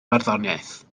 barddoniaeth